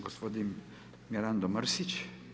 Gospodin Mirando Mrsić.